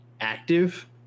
active